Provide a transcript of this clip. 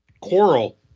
Coral